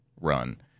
run